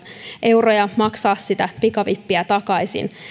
euroja maksaa pikavippiä takaisin pitäisi